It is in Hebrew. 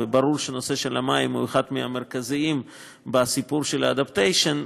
וברור שהנושא של המים הוא אחד מהמרכזיים בסיפור של ה-adaptation,